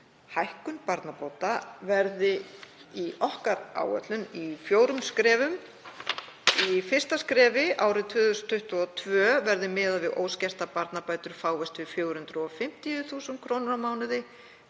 Hækkun barnabóta verði í okkar áætlun í fjórum skrefum. Í fyrsta skrefi árið 2022 verði miðað við að óskertar barnabætur fáist við 450.000 kr. á mánuði,